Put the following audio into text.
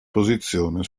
posizione